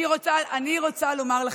אני רוצה לומר לכם,